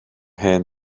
hen